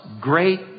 great